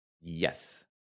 Yes